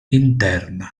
interna